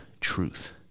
truth